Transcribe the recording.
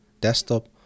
desktop